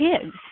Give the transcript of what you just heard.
kids